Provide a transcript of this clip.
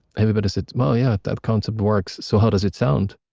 everybody said, well, yeah. that concept works, so how does it sound?